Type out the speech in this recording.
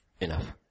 Enough